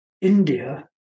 India